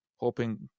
hoping